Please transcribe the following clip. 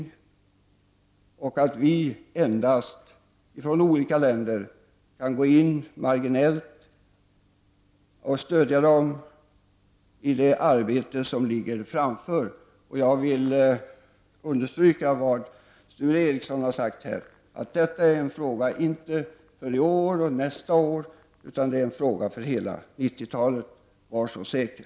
Länderna i väst kan endast göra marginella insatser i form av att stödja dem i det förestående arbetet. Låt mig understryka vad Sture Ericson här har sagt, nämligen att detta inte är en fråga som får sin lösning i år eller nästa år. Arbetet kommer säkerligen att pågå under hela 1990-talet. Var så säker.